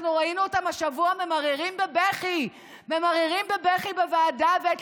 אנחנו ראינו אותם השבוע ממררים בבכי בוועדה ואת